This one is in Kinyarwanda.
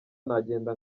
nagenda